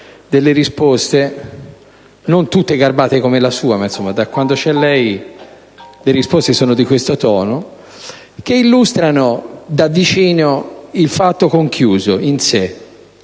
delle risposte, non tutte garbate come la sua - ma da quando lei è Sottosegretario le risposte sono di questo tono - che illustrano da vicino il fatto conchiuso, in sé: